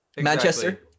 manchester